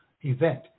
event